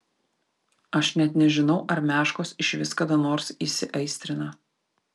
aš net nežinau ar meškos išvis kada nors įsiaistrina